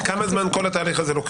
אנחנו --- כמה זמן לוקח כל התהליך הזה?